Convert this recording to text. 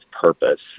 purpose